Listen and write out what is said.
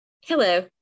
Hello